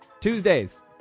Tuesdays